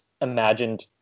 imagined